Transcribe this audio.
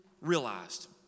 realized